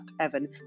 Evan